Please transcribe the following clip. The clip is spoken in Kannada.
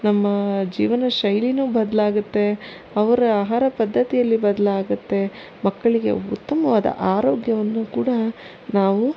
ನಮ್ಮ ಜೀವನ ಶೈಲಿನು ಬದಲಾಗುತ್ತೆ ಅವರ ಆಹಾರ ಪದ್ಧತಿಯಲ್ಲಿ ಬದಲಾಗುತ್ತೆ ಮಕ್ಕಳಿಗೆ ಉತ್ತಮವಾದ ಆರೋಗ್ಯವನ್ನು ಕೂಡ ನಾವು